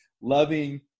loving